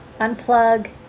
unplug